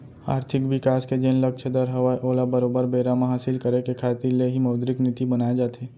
आरथिक बिकास के जेन लक्छ दर हवय ओला बरोबर बेरा म हासिल करे के खातिर ले ही मौद्रिक नीति बनाए जाथे